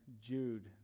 Jude